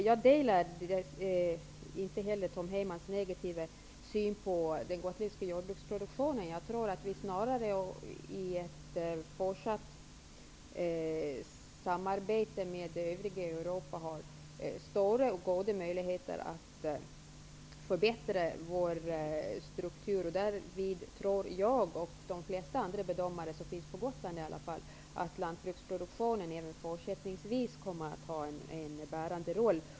Jag delar inte heller Tom Heymans negativa syn på den gotländska jordbruksproduktionen. Jag tror att vi snarare i ett fortsatt samarbete med övriga Europa har stora och goda möjligheter att förbättra vår struktur. Därvid tror jag och de flesta andra bedömare som finns på Gotland att lantbruksproduktionen även fortsättningsvis kommer att ha en bärande roll.